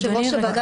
יושב-ראש הוועדה,